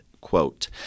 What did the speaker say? quote